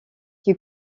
qui